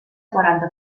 quaranta